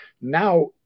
now